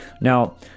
now